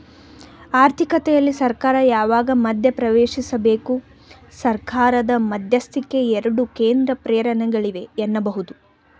ಆರ್ಥಿಕತೆಯಲ್ಲಿ ಸರ್ಕಾರ ಯಾವಾಗ ಮಧ್ಯಪ್ರವೇಶಿಸಬೇಕು? ಸರ್ಕಾರದ ಮಧ್ಯಸ್ಥಿಕೆಗೆ ಎರಡು ಕೇಂದ್ರ ಪ್ರೇರಣೆಗಳಿವೆ ಎನ್ನಬಹುದು